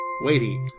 Waity